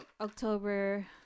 October